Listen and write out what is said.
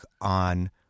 on